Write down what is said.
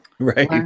Right